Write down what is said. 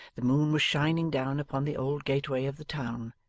the moon was shining down upon the old gateway of the town,